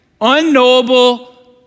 unknowable